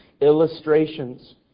illustrations